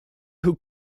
who